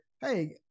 hey